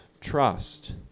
trust